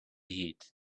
heat